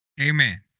Amen